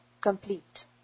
complete